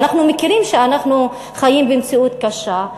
ואנחנו מכירים שאנחנו חיים במציאות קשה.